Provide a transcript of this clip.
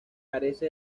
carece